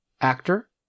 actor